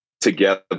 together